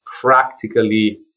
practically